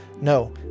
No